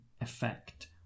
effect